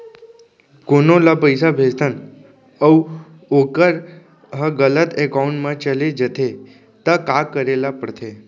कोनो ला पइसा भेजथन अऊ वोकर ह गलत एकाउंट में चले जथे त का करे ला पड़थे?